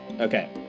Okay